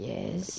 Yes